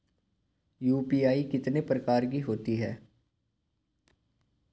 UPI कितने प्रकार की होती हैं?